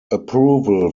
approval